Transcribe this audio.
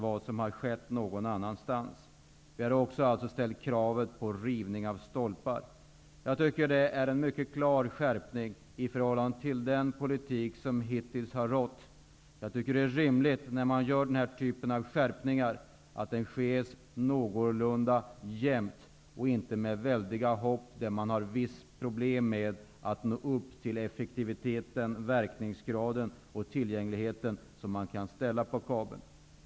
Vi har också ställt krav på rivning av stolpar. Jag tycker att det är en mycket klar skärpning i förhållande till den politik som hittills har rått. När man gör den här typen av skärpningar tycker jag att det är rimligt att det sker någorlunda jämnt och inte med väldiga hopp då man får vissa problem med att uppnå de krav på effektivitet, verkningsgrad och tillgänglighet som man kan ställa på kabeln.